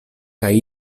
kaj